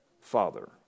father